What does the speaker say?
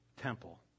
temple